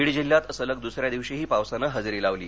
weed जिल्ह्यात सलग दुसऱ्या दिवशीही पावसाने हजेरी लावली